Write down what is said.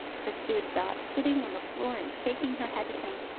pursued dot, sitting on the floor and shaking her head at him,